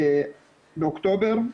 באוקטובר,